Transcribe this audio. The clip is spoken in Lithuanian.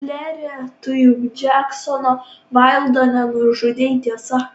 klere tu juk džeksono vaildo nenužudei tiesa